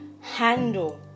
handle